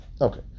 Okay